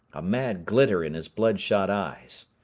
a mad glitter in his blood-shot eyes.